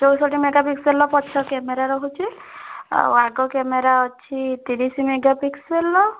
ଚଉଷଠି ମେଗା ପିକ୍ସେଲର ପଛ କ୍ୟାମେରା ରହୁଛି ଆଉ ଆଗ କ୍ୟାମେରା ଅଛି ତିରିଶ ମେଗା ପିକ୍ସେଲର